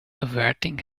averting